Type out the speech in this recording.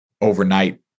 overnight